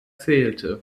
zählte